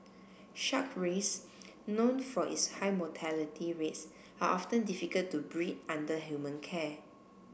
shark rays known for its high mortality rates are often difficult to breed under human care